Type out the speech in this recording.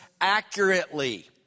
accurately